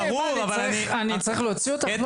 קטי, אני צריך להוציא אותך?